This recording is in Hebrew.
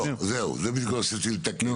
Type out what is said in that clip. זה מה שרציתי לתקן.